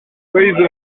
feuilles